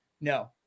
No